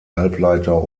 halbleiter